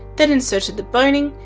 then inserted the boning,